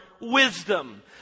wisdom